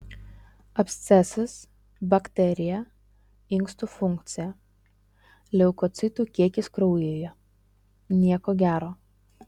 abscesas bakterija inkstų funkcija leukocitų kiekis kraujyje nieko gero